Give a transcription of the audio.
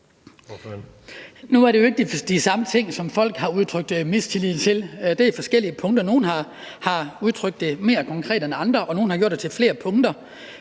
Nu er det jo ikke de samme ting, som folk har udtrykt mistillid til. Det er forskellige punkter. Nogle har udtrykt det mere konkret end andre, og nogle har gjort det til flere punkter.